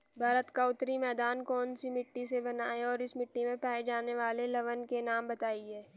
भारत का उत्तरी मैदान कौनसी मिट्टी से बना है और इस मिट्टी में पाए जाने वाले लवण के नाम बताइए?